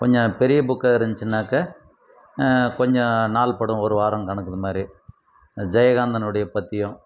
கொஞ்சம் பெரிய புக்காக இருந்துச்சின்னாக்கா கொஞ்சம் நாள்படும் ஒரு வாரம் கணக்கு இதுமாதிரி ஜெயகாந்தனுடைய பற்றியும்